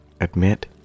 admit